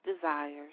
desires